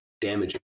damaging